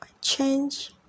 change